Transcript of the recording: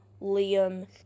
Liam